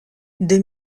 deux